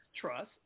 trust